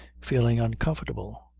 feeling uncomfortable,